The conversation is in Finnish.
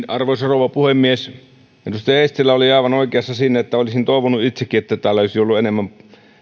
arvoisa rouva puhemies edustaja eestilä oli aivan oikeassa siinä olisin toivonut itsekin että täällä olisi ollut enemmän